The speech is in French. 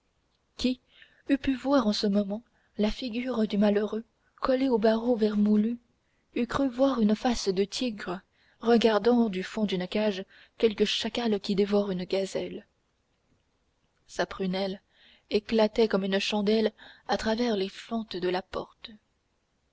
qui eût pu voir en ce moment la figure du malheureux collée aux barreaux vermoulus eût cru voir une face de tigre regardant du fond d'une cage quelque chacal qui dévore une gazelle sa prunelle éclatait comme une chandelle à travers les fentes de la porte